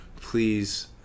Please